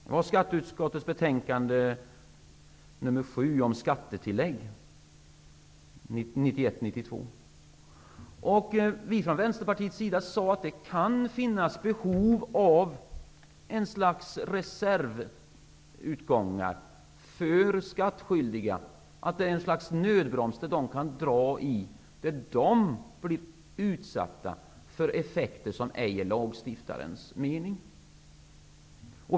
Det var skatteutskottets betänkande Vi från Vänsterpartiets sida sade då att det kan finnas behov av ett slags reservutgång för skattskyldiga, ett slags nödbroms som de kan dra i när de blir utsatta för effekter som ej är lagstiftarens mening.